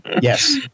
yes